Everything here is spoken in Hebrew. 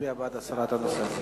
מצביע בעד הסרת הנושא.